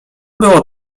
było